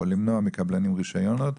או למנוע מקבלנים רישיונות,